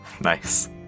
Nice